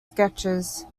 sketches